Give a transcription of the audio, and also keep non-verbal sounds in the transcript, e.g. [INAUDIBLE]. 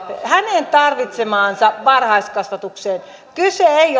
tarvitsemaansa varhaiskasvatukseen kyse ei [UNINTELLIGIBLE]